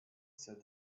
said